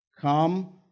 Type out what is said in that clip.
Come